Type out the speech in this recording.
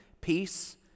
Peace